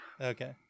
Okay